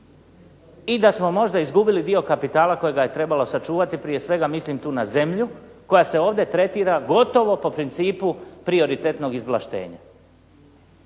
i da smo možda izgubili dio kapitala kojega je trebalo sačuvati. Prije svega mislim tu na zemlju koja se ovdje tretira gotovo po principu prioritetnog izvlaštenja,